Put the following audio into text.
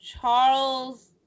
Charles